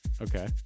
Okay